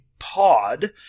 pod